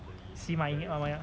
see my ya